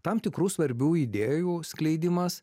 tam tikrų svarbių idėjų skleidimas